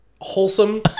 wholesome